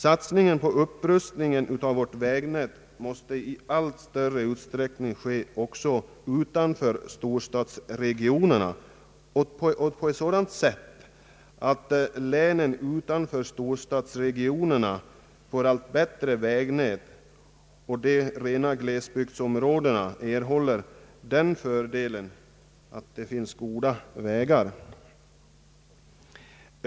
Satsningen på upprustningen av vårt vägnät måste i allt större utsträckning ske också utanför storstadsregionerna och så att länen utanför dessa får ett bättre vägnät. De rena glesbygdsområdena bör åtminstone erhålla fördelen av att det finns goda vägar.